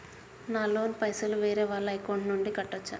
నా లోన్ పైసలు వేరే వాళ్ల అకౌంట్ నుండి కట్టచ్చా?